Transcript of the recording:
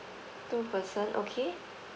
two person okay